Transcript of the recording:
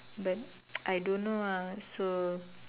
but I don't know ah so